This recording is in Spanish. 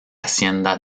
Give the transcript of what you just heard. hacienda